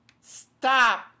stop